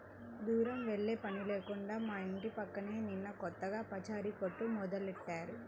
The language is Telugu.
దూరం వెళ్ళే పని లేకుండా మా ఇంటి పక్కనే నిన్న కొత్తగా పచారీ కొట్టు మొదలుబెట్టారు